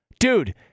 Dude